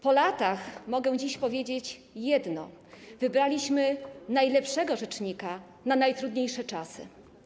Po latach mogę dziś powiedzieć jedno: wybraliśmy najlepszego rzecznika na najtrudniejsze czasy.